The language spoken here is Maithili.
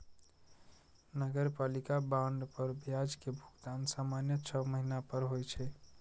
नगरपालिका बांड पर ब्याज के भुगतान सामान्यतः छह महीना पर होइ छै